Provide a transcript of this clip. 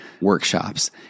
workshops